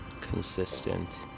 consistent